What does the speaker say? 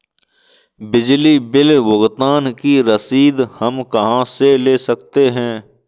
बिजली बिल भुगतान की रसीद हम कहां से ले सकते हैं?